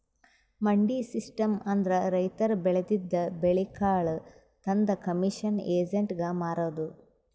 ಮಂಡಿ ಸಿಸ್ಟಮ್ ಅಂದ್ರ ರೈತರ್ ಬೆಳದಿದ್ದ್ ಬೆಳಿ ಕಾಳ್ ತಂದ್ ಕಮಿಷನ್ ಏಜೆಂಟ್ಗಾ ಮಾರದು